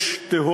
,